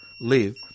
live